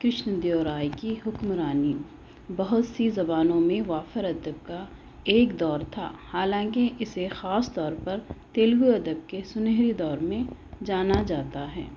کرشن دیو رائے کی حکمرانی بہت سی زبانوں میں وافر ادب کا ایک دور تھا حالانکہ اسے خاص طور پر تیلگو ادب کے سنہرے دور میں جانا جاتا ہے